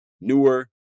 newer